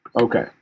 Okay